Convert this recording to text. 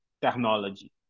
technology